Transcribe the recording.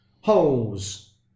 Holes